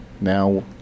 now